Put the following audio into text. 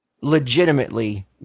legitimately